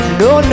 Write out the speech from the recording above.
no